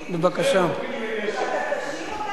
מה יהיה גורלנו-אנו, היהודים?